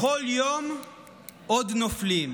בכל יום עוד נופלים,